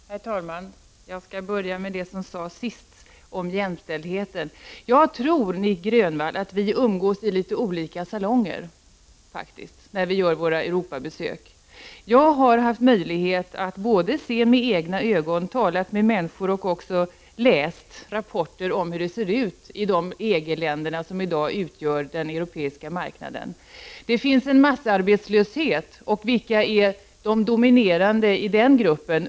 Herr talman! Jag skall börja med det som sades sist om jämställdheten. Jag tror, Nic Grönvall, att vi umgås i litet olika salonger när vi gör våra Europabesök. Jag har haft möjlighet att både se med egna ögon, tala med människor och också läsa rapporter om hur det ser ut i de EG-länder som i dag utgör den europeiska marknaden. Det finns en massarbetslöshet, och vilka är de dominerande grupperna bland de arbetslösa?